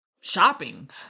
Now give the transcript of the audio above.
shopping